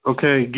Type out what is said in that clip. Okay